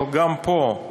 אבל גם פה,